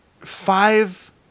Five